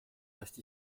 reste